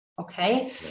okay